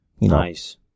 Nice